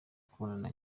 kubonana